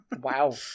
Wow